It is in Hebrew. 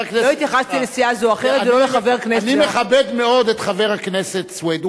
לא התייחסתי לסיעה זו או אחרת ולא לחבר כנסת זה או אחר.